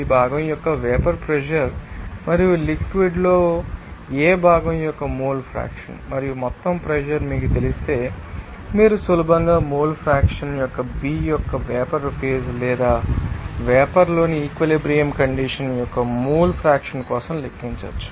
ఈ భాగం యొక్క వేపర్ ప్రెషర్ మరియు లిక్విడ్ ంలో భాగం A యొక్క మోల్ ఫ్రాక్షన్ మరియు మొత్తం ప్రెషర్ మీకు తెలిస్తే మీరు సులభంగా మోల్ ఫ్రాక్షన్ యొక్క B యొక్క వేపర్ ఫేజ్ లేదా వేపర్ లోని ఈక్వలెబ్రియంకండీషన్ యొక్క మోల్ ఫ్రాక్షన్ కోసం లెక్కించవచ్చు